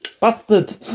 Bastard